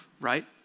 right